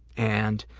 and